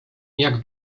jak